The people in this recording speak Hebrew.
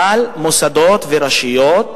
אבל מוסדות ורשויות